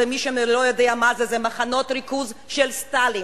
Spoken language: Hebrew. ומי שלא יודע מה זה, זה מחנות ריכוז של סטלין,